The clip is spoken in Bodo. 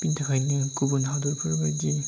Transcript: बिनि थाखायनो गुबुन हादरफोर बायदि